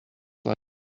like